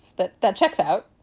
that that checks out